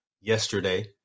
yesterday